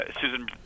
Susan